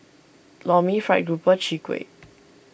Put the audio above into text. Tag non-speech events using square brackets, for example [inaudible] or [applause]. Lor Mee Fried Grouper Chwee Kueh [noise]